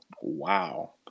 Wow